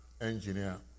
engineer